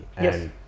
Yes